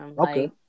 Okay